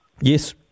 Yes